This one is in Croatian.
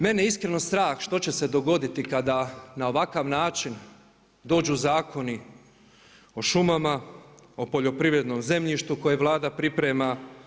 Mene je iskreno strah što će se dogoditi kada na ovakav način dođu zakoni o šumama, o poljoprivrednom zemljištu koje Vlada priprema.